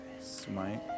Smite